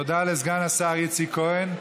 תודה לסגן השר איציק כהן.